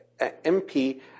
MP